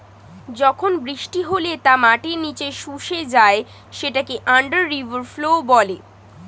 যখন বৃষ্টি হলে তা মাটির নিচে শুষে যায় সেটাকে আন্ডার রিভার ফ্লো বলে